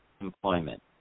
employment